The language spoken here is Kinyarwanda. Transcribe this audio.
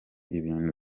ibintu